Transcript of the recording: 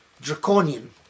draconian